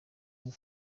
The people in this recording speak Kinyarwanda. abo